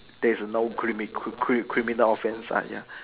there's no grime cri~ cri~ criminal offence ah ya